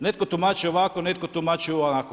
Netko tumači ovako, netko tumači onako.